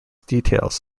details